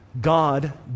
God